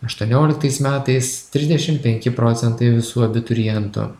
aštuonioliktais metais trisdešimt penki procentai visų abiturientų